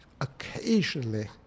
occasionally